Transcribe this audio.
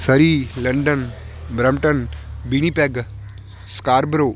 Surrey London Brampton Winnipeg Scarborough